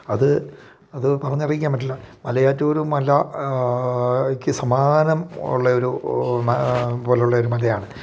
അത് അത് പറഞ്ഞ് അറിയിക്കാൻ പറ്റില്ല മലയാറ്റൂരു മല ഇക്ക് സമാനം ഉള്ള ഒരു പോലുള്ള ഒരു മലയാണ്